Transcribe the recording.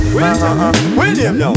William